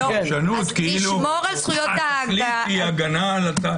והפרשנות כאילו התכלית היא הגנה על ההליך הפלילי -.